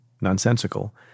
nonsensical